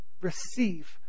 receive